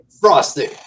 frosty